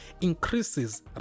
increases